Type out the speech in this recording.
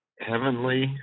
Heavenly